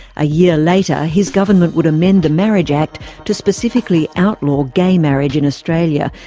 a year later his government would amend the marriage act to specifically outlaw gay marriage in australia,